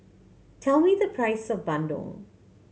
tell me the price of bandung